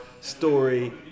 story